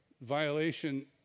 violation